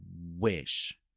wish